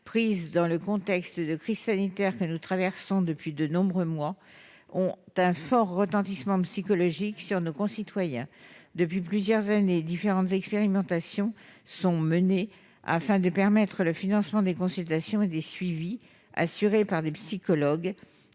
prises dans le contexte de crise sanitaire que nous traversons depuis de nombreux mois ont un fort retentissement psychologique sur nos concitoyens. Depuis plusieurs années, différentes expérimentations sont menées afin de permettre le financement des consultations et des suivis assurés par des psychologues.